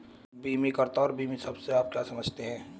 बीमाकर्ता और बीमित शब्द से आप क्या समझते हैं?